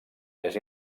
més